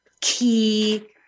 key